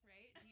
Right